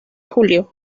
julio